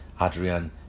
Adrian